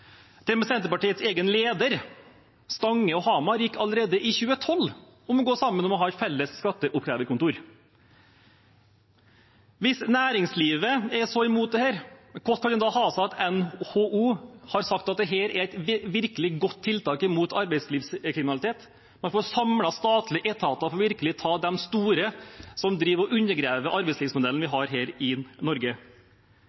Senterpartiets egen leders kommune, Stange, gikk allerede i 2012 sammen med Hamar om å ha et felles skatteoppkrevingskontor. Hvis næringslivet er så imot dette her, hvordan kan det da ha seg at NHO har sagt at dette er et virkelig godt tiltak mot arbeidslivskriminalitet? Man får samlet statlige etater og virkelig tatt de store som driver og undergraver arbeidslivsmodellen vi